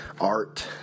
art